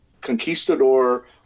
Conquistador